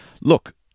Look